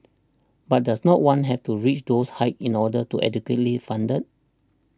but does no one have to reach those heights in order to be adequately funded